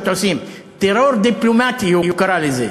עושים: "טרור דיפלומטי" הוא קרא לזה.